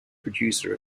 producer